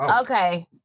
okay